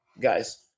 Guys